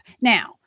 Now